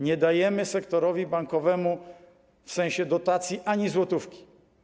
Nie dajemy sektorowi bankowemu w sensie dotacji ani złotówki.